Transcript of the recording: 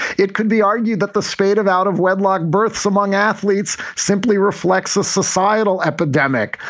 it could be argued that the spate of out of wedlock births among athletes simply reflects a societal epidemic.